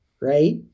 right